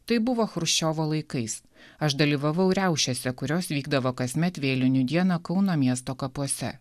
tai buvo chruščiovo laikais aš dalyvavau riaušėse kurios vykdavo kasmet vėlinių dieną kauno miesto kapuose